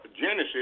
Genesis